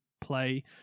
play